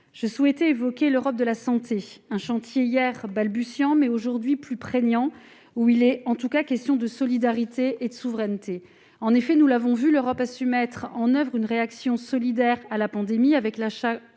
évoquer l'Europe de la santé, un chantier hier balbutiant, mais aujourd'hui plus prégnant, où il est en tout cas question de solidarité et de souveraineté. En effet, on a pu voir l'Europe mettre en oeuvre une réaction solidaire à la pandémie, avec l'achat